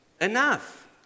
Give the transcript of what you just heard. enough